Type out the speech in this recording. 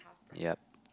yup